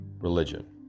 religion